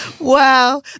Wow